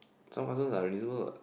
some customers are unreasonable what